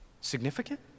significant